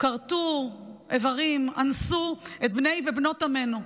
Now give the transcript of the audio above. כרתו איברים, אנסו את בני ובנות עמנו.